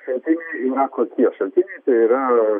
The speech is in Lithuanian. šaltiniai yra kokie šaltiniai tai yra